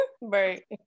Right